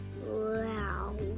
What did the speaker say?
Wow